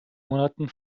monaten